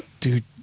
Dude